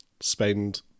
spend